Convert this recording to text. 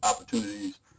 opportunities